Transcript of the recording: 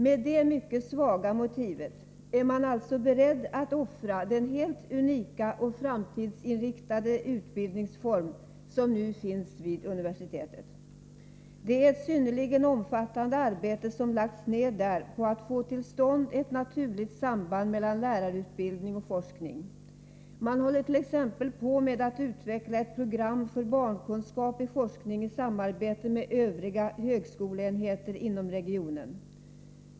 Med det mycket svaga motivet är man alltså beredd att offra den helt unika och framtidsinriktade utbildningsform som nu finns vid universitet. Ett synnerligen omfattande arbete har där lagts ned på att få till stånd ett naturligt samband mellan lärarutbildning och forskning. Man håller t.ex. på med att utveckla ett program för forskning i barnkunskap i samarbete med övriga högskoleenheter inom regionen.